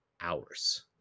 hours